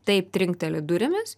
taip trinkteli durimis